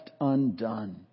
undone